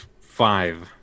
five